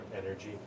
energy